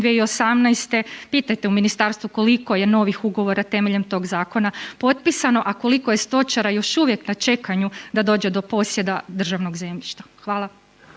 2018., pitajte u ministarstvu koliko je novih ugovora temeljem tog zakona potpisano, a koliko je stočara još uvijek na čekanju da dođe do posjeda državnog zemljišta. Hvala.